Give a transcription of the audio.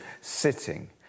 sitting